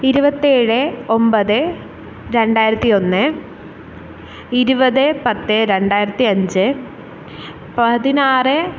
ഇരുപത്തിയേഴ് ഒമ്പത് രണ്ടായിരത്തി ഒന്ന് ഇരുപത് പത്ത് രണ്ടായിരത്തി അഞ്ച് പതിനാറ്